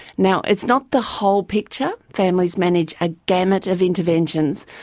now it's not the whole picture. families manage a gamut of interventions,